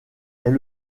est